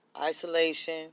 Isolation